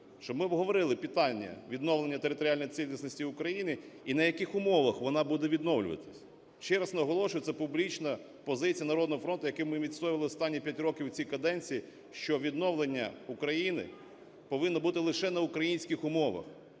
щоб ми обговорили питання відновлення територіальної цілісності України, і на яких умовах вона буде відновлюватись. Ще раз наголошую, це публічна позиція "Народного фронту", яку ми відстоювали останні 5 років в цій каденції: що відновлення України повинно бути лише на українських умовах,